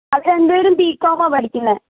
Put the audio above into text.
അതെ രണ്ട് പേരും ബീ ക്കോമാ പഠിക്കുന്നത്